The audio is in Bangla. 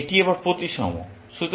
এটি আবার প্রতিসম